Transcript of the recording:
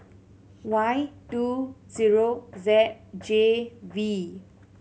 Y two zero Z J V